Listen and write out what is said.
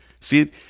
See